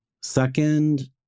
Second